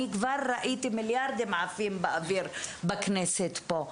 אני כבר ריאתי מיליארדים עפים באוויר בכנסת, פה.